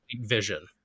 vision